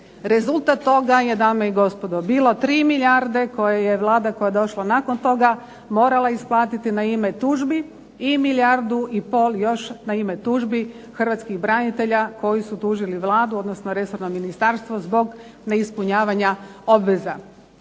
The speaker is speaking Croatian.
dame i gospodo, bilo 3 milijarde koje je Vlada koja je došla nakon toga morala isplatiti na ime tužbi i milijardu i pol još na ime tužbi hrvatskih branitelja koji su tužili Vladu, odnosno resorno ministarstvo zbog neispunjavanja obveza.